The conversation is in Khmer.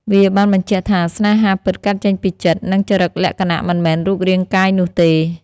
វាបានបញ្ជាក់ថា ស្នេហាពិតកើតចេញពីចិត្ត និងចរិតលក្ខណៈ មិនមែនរូបរាងកាយនោះទេ។